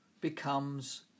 becomes